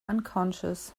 unconscious